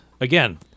again